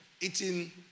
eating